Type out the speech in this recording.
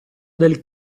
del